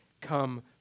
come